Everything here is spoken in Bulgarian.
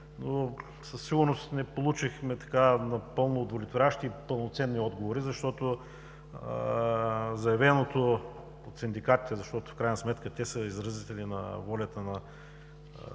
Със сигурност не получихме напълно удовлетворяващи и пълноценни отговори. Заявеното от синдикатите, защото в крайна сметка те са изразители на волята на